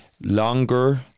longer